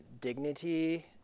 dignity